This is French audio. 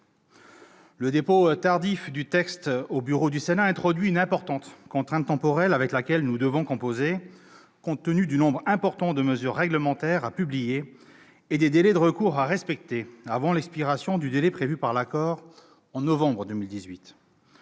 Le dépôt tardif du texte sur le bureau du Sénat introduit une importante contrainte temporelle avec laquelle nous devons composer, compte tenu du nombre important de mesures réglementaires à publier et des délais de recours à respecter avant l'expiration du délai prévu par l'accord, en novembre 2018.